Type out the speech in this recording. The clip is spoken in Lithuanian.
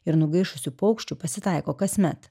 ir nugaišusių paukščių pasitaiko kasmet